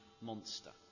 monster